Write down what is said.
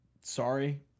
sorry